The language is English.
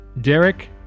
Derek